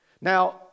Now